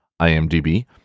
IMDb